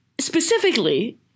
specifically